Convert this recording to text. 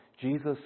Jesus